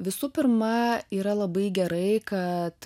visų pirma yra labai gerai kad